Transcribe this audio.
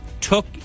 took